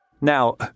Now